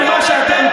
האחריות היא עליך,